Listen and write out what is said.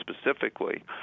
specifically